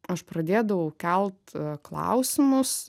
aš pradėdavau kelt klausimus